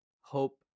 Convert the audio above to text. hope